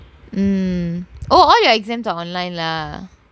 mm all your exems are online ah